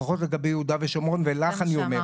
לפחות לגבי יהודה ושומרון ולך אני אומר את זה.